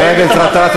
חבר הכנסת גטאס,